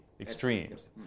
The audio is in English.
extremes